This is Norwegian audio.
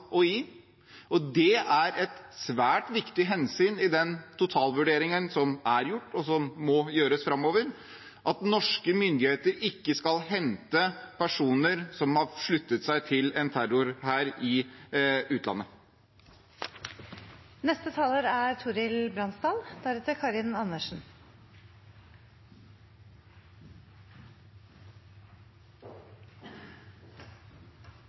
signal å gi. Det er et svært viktig hensyn i den totalvurderingen som er gjort, og som må gjøres framover, at norske myndigheter ikke skal hente personer som har sluttet seg til en terrorhær i utlandet. Undertegnede er